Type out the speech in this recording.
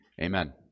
Amen